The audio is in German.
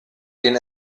den